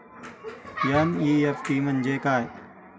NEFT म्हणजे काय?